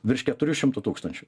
virš keturių šimtų tūkstančių